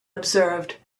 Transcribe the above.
observed